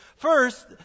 First